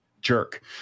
jerk